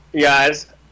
guys